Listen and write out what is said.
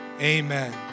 amen